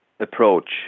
approach